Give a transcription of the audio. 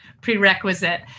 prerequisite